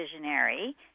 visionary